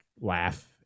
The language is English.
laugh